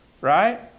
right